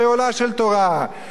עליהם הכתוב אומר,